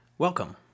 Welcome